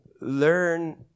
learn